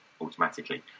automatically